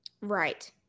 right